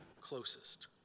closest